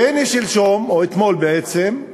והנה, שלשום, או בעצם אתמול,